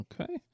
Okay